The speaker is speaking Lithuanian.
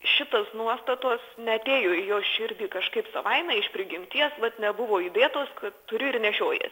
šitos nuostatos neatėjo į jo širdį kažkaip savaime iš prigimties vat nebuvo įdėtos kad turi ir nešioji